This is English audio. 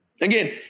Again